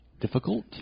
difficult